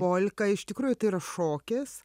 polka iš tikrųjų tai yra šokis